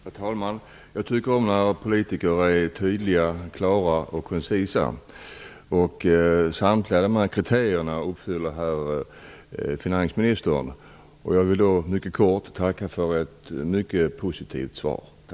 Herr talman! Jag tycker om när politiker är tydliga, klara och koncisa. Samtliga de kriterierna uppfyller herr finansministern. Jag vill mycket kort tacka för ett mycket positivt svar. Tack!